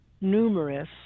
numerous